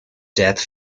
death